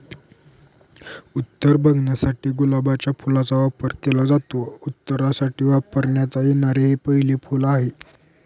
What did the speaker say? अत्तर बनवण्यासाठी गुलाबाच्या फुलाचा वापर केला जातो, अत्तरासाठी वापरण्यात येणारे हे पहिले फूल आहे